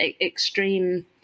extreme